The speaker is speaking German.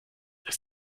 ist